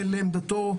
לעמדתו.